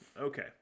Okay